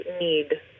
need